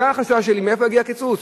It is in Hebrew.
זה החשש שלי, מאיפה יגיע הקיצוץ.